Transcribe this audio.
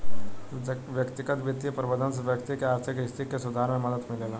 व्यक्तिगत बित्तीय प्रबंधन से व्यक्ति के आर्थिक स्थिति के सुधारे में मदद मिलेला